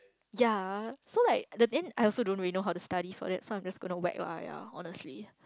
yeah so like the end I also don't really know how to study for it so I'm just going to weck lah yeah honestly